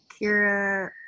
Kira